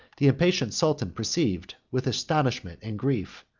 the impatient sultan perceived, with astonishment and grief,